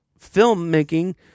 filmmaking